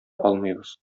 алмыйбыз